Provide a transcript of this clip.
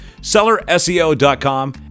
SellerSEO.com